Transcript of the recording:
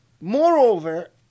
Moreover